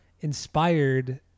Inspired